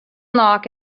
lock